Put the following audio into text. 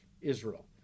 israel